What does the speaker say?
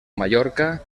mallorca